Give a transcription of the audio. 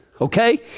okay